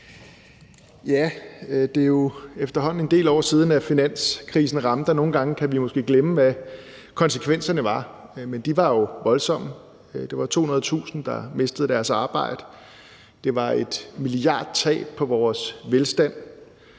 Tak. Det er jo efterhånden en del år siden, at finanskrisen ramte, og nogle gange kan vi måske glemme, hvad konsekvenserne var, men de var jo voldsomme: Der var 200.000, der mistede deres arbejde; der var et milliardtab for vores velstand,